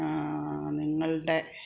നിങ്ങളുടെ